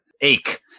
ache